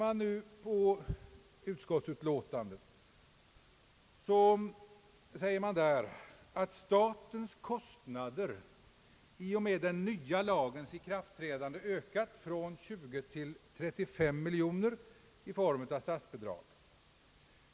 I utskottsutlåtandet säger man att statens kostnader i och med den nya lagens ikraftträdande ökat från 20 till 35 miljoner kronor i form av statsbidrag.